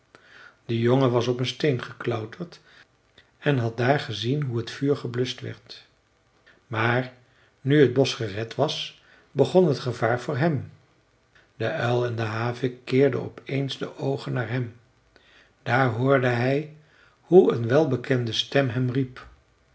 de jongen was op een steen geklauterd en had daar gezien hoe het vuur gebluscht werd maar nu t bosch gered was begon t gevaar voor hem de uil en de havik keerden op eens de oogen naar hem daar hoorde hij hoe een welbekende stem hem riep